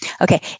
Okay